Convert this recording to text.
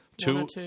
two